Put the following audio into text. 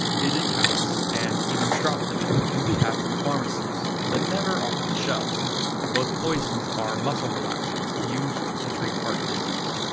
digitalis, and even strophanthin, and can be had from pharmacies, but never off the shelf both poisons are muscle relaxants used to treat heart disease.